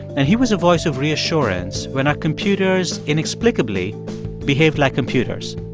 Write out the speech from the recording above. and he was a voice of reassurance when our computers inexplicably behaved like computers.